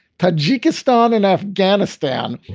tajikistan and afghanistan.